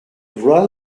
vloaz